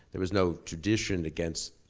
there was no tradition against,